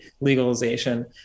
legalization